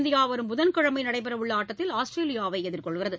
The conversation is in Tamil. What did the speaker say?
இந்தியா வரும் புதன் கிழமை நடைபெறவுள்ள ஆட்டத்தில் ஆஸ்திரேலியாவை எதிர்கொள்கிறது